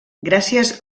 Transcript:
gràcies